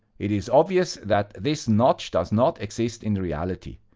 it is obvious that this notch does not exist in reality.